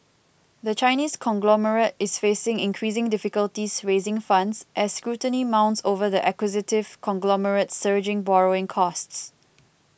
the Chinese conglomerate is facing increasing difficulties raising funds as scrutiny mounts over the acquisitive conglomerate's surging borrowing costs